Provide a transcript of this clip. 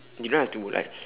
you don't have to like